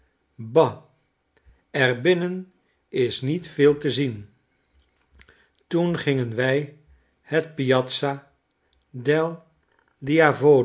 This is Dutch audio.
bah er binnen is niet veel te zien toen gingen wij het piazza del